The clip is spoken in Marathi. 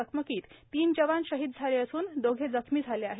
चकमकीत तीन जवान शहीद झाले असून दोघे जखमी झाले आहेत